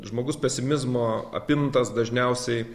žmogus pesimizmo apimtas dažniausiai